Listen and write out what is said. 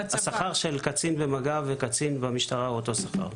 השכר של קצין במג"ב וקצין במשטרה הוא אותו שכר.